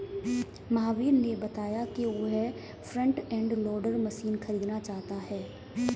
महावीर ने बताया कि वह फ्रंट एंड लोडर मशीन खरीदना चाहता है